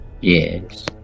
yes